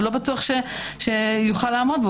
ולא בטוח שיוכלו לעמוד בו.